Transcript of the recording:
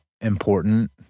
important